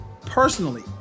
personally